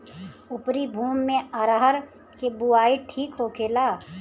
उपरी भूमी में अरहर के बुआई ठीक होखेला?